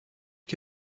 les